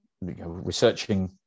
researching